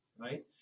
right